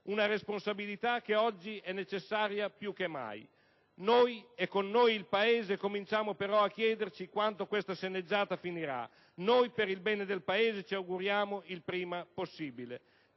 responsabilità vere ma oggi necessarie più che mai. Noi e con noi il Paese cominciamo però a chiederci quando questa sceneggiata finirà. Per il bene del Paese, ci auguriamo il prima possibile.